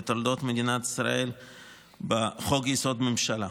בתולדות מדינת ישראל בחוק-יסוד: הממשלה.